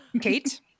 Kate